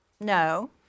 No